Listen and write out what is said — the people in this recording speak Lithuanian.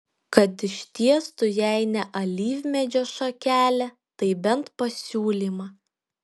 kad ištiestų jei ne alyvmedžio šakelę tai bent pasiūlymą